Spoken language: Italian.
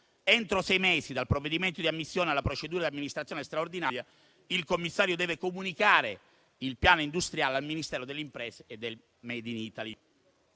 Entro sei mesi dal provvedimento di ammissione alla procedura di amministrazione straordinaria, il commissario deve comunicare il piano industriale al Ministero delle imprese e del *made in Italy*.